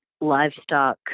livestock